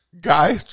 guy